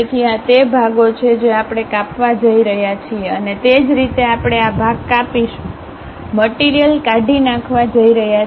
તેથી આ તે ભાગો છે જે આપણે કાપવા જઈ રહ્યા છીએ અને તે જ રીતે આપણે આ ભાગ કાપીશું તે ભાગ કાપીશું મટીરીયલ કાઢી નાખવા જઈ રહ્યા છે